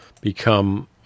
become